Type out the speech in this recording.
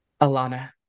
Alana